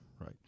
Right